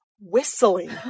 whistling